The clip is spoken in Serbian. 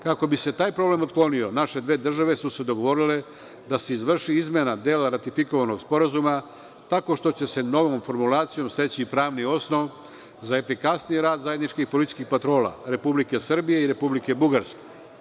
Kako bi se taj problem otklonio naše dve države su se dogovorile da se izvrši izmena dela ratifikovanog sporazuma tako što će se novom formulacijom steći pravni osnov za efikasniji rad zajedničkih policijskih patrola Republike Srbije i Republike Bugarske.